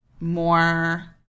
more